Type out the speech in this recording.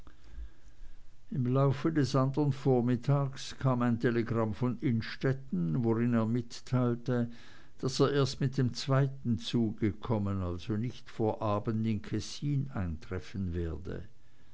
im laufe des andern vormittags kam ein telegramm von innstetten worin er mitteilte daß er erst mit dem zweiten zug kommen also nicht vor abend in kessin eintreffen werde